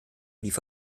lief